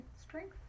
strength